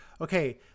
okay